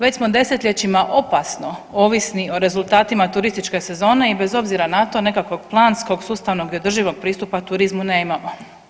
Već smo desetljećima opasno ovisni o rezultatima turističke sezone i bez obzira na to nekakvog planskog, sustavnog i održivog pristupa turizmu nemamo.